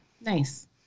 nice